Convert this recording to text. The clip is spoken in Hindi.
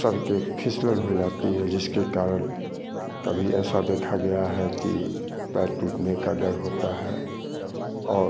सड़ के फिसलन हो जाती है जिसके कारण कभी ऐसा देखा गया है कि पैर टूटने का डर होता है और